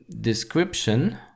description